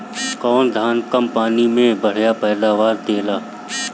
कौन धान कम पानी में बढ़या पैदावार देला?